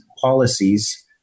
policies